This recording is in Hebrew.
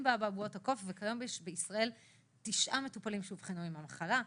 באבעבועות הקול וכיום יש תשעה מטופלים שאובחנו עם המחלה בישראל.